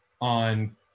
on